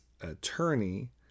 attorney